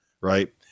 Right